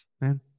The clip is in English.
man